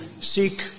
seek